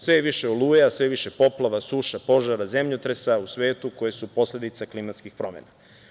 Sve je više oluja, sve je više poplava, suša, požara, zemljotresa u svetu koje su posledica klimatskih promena.